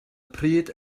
pryd